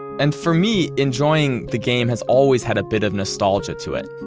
and for me, enjoying the game has always had a bit of nostalgia to it.